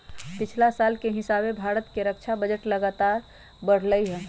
पछिला साल के हिसाबे भारत के रक्षा बजट लगातार बढ़लइ ह